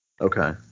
Okay